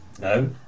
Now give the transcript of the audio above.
no